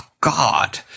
God